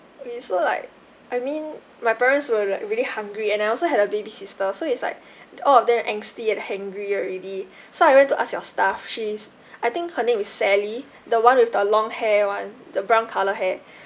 it's so like I mean my parents were like really hungry and I also had a baby sister so it's like all of them angsty and hangry already so I went to ask your staff she's I think her name is sally the one with the long hair [one] the brown colour hair